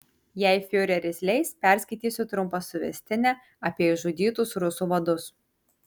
jei fiureris leis perskaitysiu trumpą suvestinę apie išžudytus rusų vadus